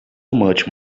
much